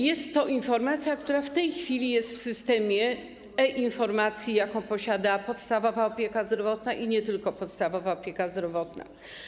Jest to informacja, która w tej chwili jest w systemie e-informacji, jaką posiada podstawowa opieka zdrowotna i nie tylko podstawowa opieka zdrowotna.